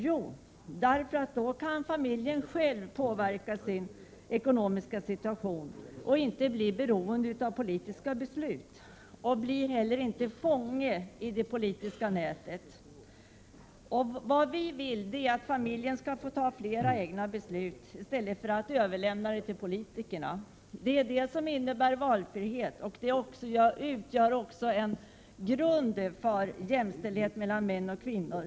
Jo, därför att familjen då själv kan påverka sin ekonomiska situation och inte blir beroende av politiska beslut och inte heller blir fånge i det politiska nätet. Vad vi vill är att familjen skall få fatta flera egna beslut i stället för att överlämna dem till politikerna. Det är det som är valfrihet, och det utgör också en grund för jämställdhet mellan män och kvinnor.